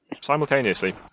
simultaneously